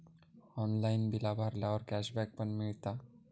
online बिला भरल्यावर cashback पण मिळता